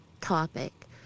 topic